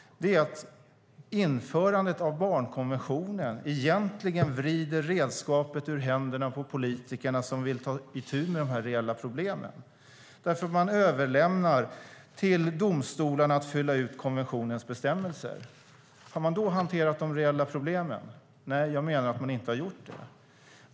Det är att införandet av barnkonventionen egentligen vrider redskapet ur händerna på politikerna, som vill ta itu med de reella problemen, därför att man överlämnar till domstolarna att fylla ut konventionens bestämmelser. Har man då hanterat de reella problemen? Nej, jag menar att man inte har gjort det.